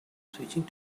switching